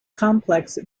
complex